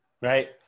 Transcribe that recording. right